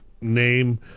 name